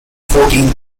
fourteen